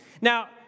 Now